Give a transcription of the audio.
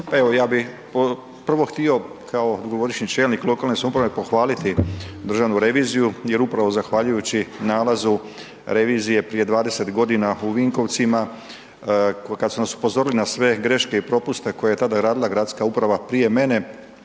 evo ja bi prvo htio kao dugogodišnji čelnik lokalne samouprave pohvaliti državnu reviziju jer upravo zahvaljujući nalazu revizije prije 20 godina u Vinkovcima kad su nas upozorili na sve greške i propuste koje je tada radila gradska uprava prije mene,